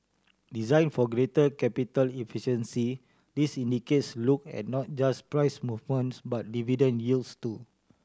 design for greater capital efficiency this indices look at not just price movements but dividend yields too